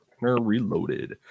Reloaded